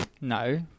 No